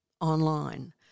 online